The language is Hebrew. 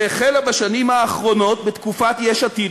שהחלה בשנים האחרונות בתקופת יש עתיד